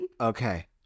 Okay